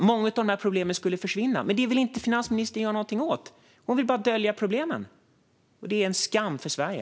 Många av dessa problem skulle försvinna, men finansministern vill inte göra någonting åt dem. Hon vill bara dölja problemen, och det är en skam för Sverige.